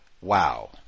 Wow